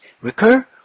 Recur